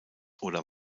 oder